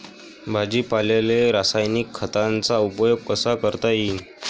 भाजीपाल्याले रासायनिक खतांचा उपयोग कसा करता येईन?